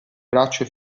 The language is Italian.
braccio